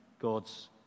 God's